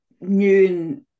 new